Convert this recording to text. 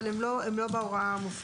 אבל הן לא בהוראה המופללת.